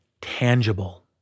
tangible